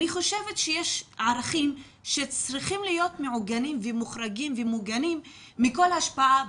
אני חושבת שיש ערכים שצריכים להיות מעוגנים ומוחרגים ומוגנים מכל השפעה,